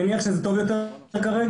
רק כדי ליישר קו וקצת לייצר איזה שהיא